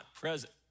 present